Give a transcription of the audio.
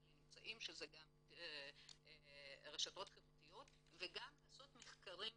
נמצאים שזה גם רשתות חברתיות וגם לעשות יותר מחקרים.